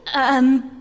um,